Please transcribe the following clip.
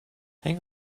hang